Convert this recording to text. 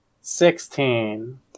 Sixteen